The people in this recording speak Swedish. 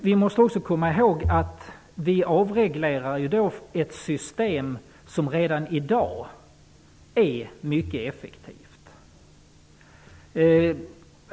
Vi måste då också komma ihåg att vi därmed avreglerar ett system som redan i dag är mycket effektivt.